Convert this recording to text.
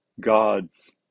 God's